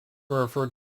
referred